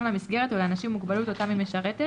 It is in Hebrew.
למסגרת ולאנשים עם מוגבלות אותם היא משרתת,